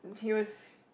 he was